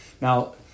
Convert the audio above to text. Now